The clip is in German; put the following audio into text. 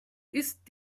ist